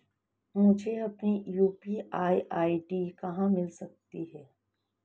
मुझे अपनी UPI ID कहां मिल सकती है?